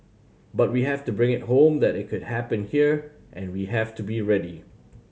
but we have to bring it home that it could happen here and we have to be ready